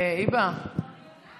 היבה, אני עולה.